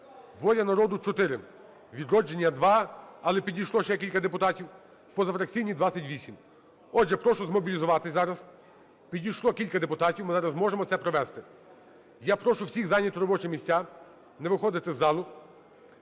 "Воля народу" – 4, "Відродження" – 2, але підійшло ще кілька депутатів, позафракційні – 28. Отже, прошу змобілізуватися зараз. Підійшло кілька депутатів, ми зараз зможемо це провести. Я прошу всіх зайняти робочі місця, не виходити з залу.